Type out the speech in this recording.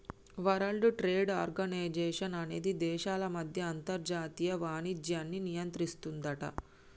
world trade organisation అనేది దేశాల మధ్య అంతర్జాతీయ వాణిజ్యాన్ని నియంత్రిస్తుందట